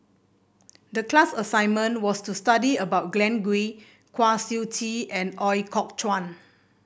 the class assignment was to study about Glen Goei Kwa Siew Tee and Ooi Kok Chuen